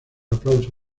aplauso